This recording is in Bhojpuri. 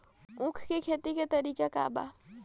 उख के खेती का तरीका का बा?